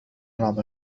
نلعب